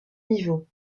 niveaux